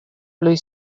blue